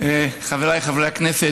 חבריי חברי הכנסת,